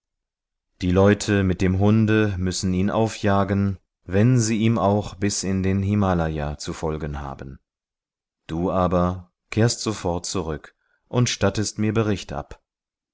die leute mit dem hunde müssen ihn aufjagen wenn sie ihm auch bis in den himalaya zu folgen haben du aber kehrst sofort zurück und stattest mir bericht ab